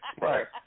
Right